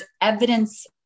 evidence